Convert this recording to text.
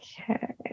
Okay